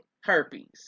herpes